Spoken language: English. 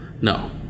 no